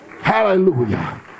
Hallelujah